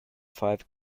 five